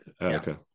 Okay